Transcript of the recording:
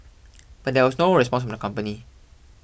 but there was no response from the company